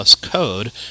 code